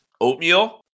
Oatmeal